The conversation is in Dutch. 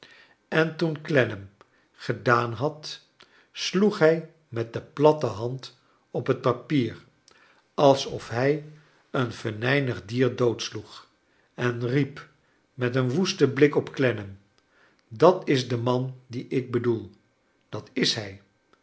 en toen clennam gedaan had sloeg hij met de platte hand op het papier alsof hij een vengnig dier doodsloeg en riep met een woesten blik op clennam dat is de man dien ik bedoel dat is hij